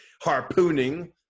harpooning